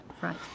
Right